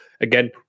again